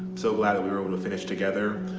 so glad we were able to finish together.